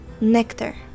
nectar